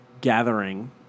gathering